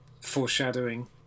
foreshadowing